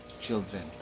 children